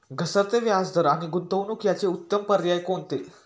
घसरते व्याजदर आणि गुंतवणूक याचे उत्तम पर्याय कोणते?